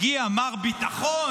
הגיע מר ביטחון,